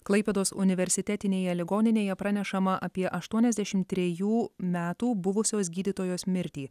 klaipėdos universitetinėje ligoninėje pranešama apie aštuoniasdešim trejų metų buvusios gydytojos mirtį